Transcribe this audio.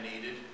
needed